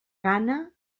gana